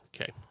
Okay